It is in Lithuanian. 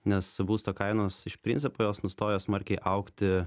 nes būsto kainos iš principo jos nustojo smarkiai augti